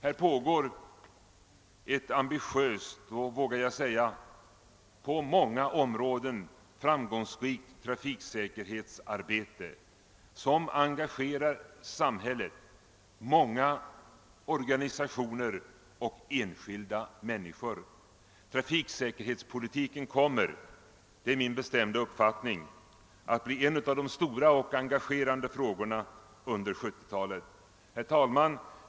Det pågår ett ambitiöst och, vågar jag säga, på många områden framgångsrikt trafiksäkerhetsarbete som engagerar samhället, många organisationer och enskilda människor: Trafiksäkerhetspolitiken kommer — det är min bestämda uppfattning — att bli en av de stora och engagerande frågorna under 1970-talet. Herr talman!